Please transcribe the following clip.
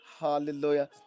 Hallelujah